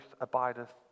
abideth